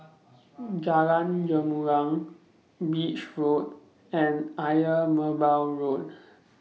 Jalan Gumilang Beach Road and Ayer Merbau Road